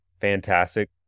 fantastic